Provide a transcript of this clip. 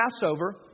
Passover